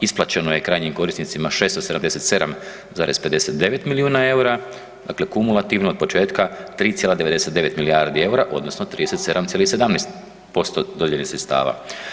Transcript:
Isplaćeno je krajnjim korisnicima 677,59 milijuna EUR-a, dakle kumulativno od početka 3,99 milijardi EUR-a odnosno 37,17% dodijeljenih sredstava.